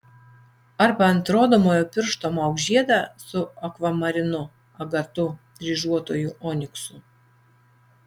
arba ant rodomojo piršto mauk žiedą su akvamarinu agatu dryžuotuoju oniksu